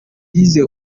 yise